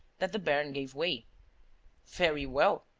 that the baron gave way very well.